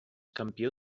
campió